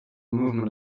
movement